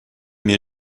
mir